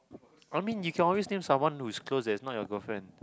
I mean you can always name someone who is close that is not your girlfriend